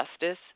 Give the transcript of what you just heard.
justice